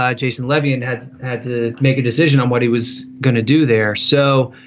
um jason levithan, had had to make a decision on what he was going to do there. so